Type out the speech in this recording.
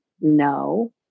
no